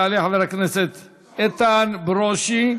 יעלה חבר הכנסת איתן ברושי,